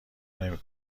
نمی